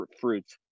fruits